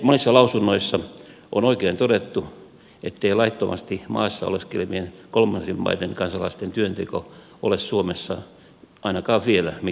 monissa lausunnoissa on oikein todettu ettei laittomasti maassa oleskelevien kolmansien maiden kansalaisten työnteko ole suomessa ainakaan vielä mittava ongelma